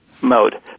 mode